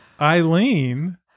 eileen